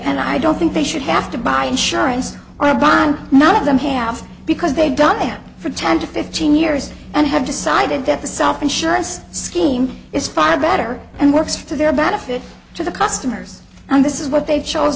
and i don't think they should have to buy insurance or a bond none of them have because they got them for ten to fifteen years and have decided that the self insurance scheme is far better and works for their benefit to the customers and this is what they've chose